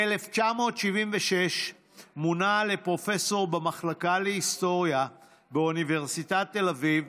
ב-1976 מונה לפרופסור במחלקה להיסטוריה באוניברסיטת תל אביב,